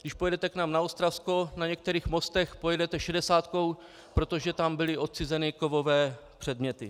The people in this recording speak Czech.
Když pojedete k nám na Ostravsko, na některých mostech pojedete šedesátkou, protože tam byly odcizeny kovové předměty.